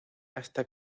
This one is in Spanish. hasta